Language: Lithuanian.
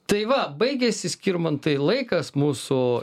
tai va baigėsi skirmantai laikas mūsų